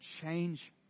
change